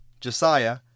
Josiah